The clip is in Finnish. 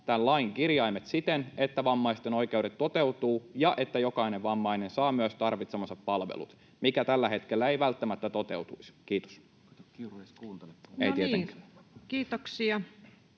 tämän lain kirjaimet siten, että vammaisten oikeudet toteutuvat ja että jokainen vammainen saa myös tarvitsemansa palvelut, mikä tällä hetkellä ei välttämättä toteutuisi. — Kiitos.